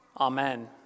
Amen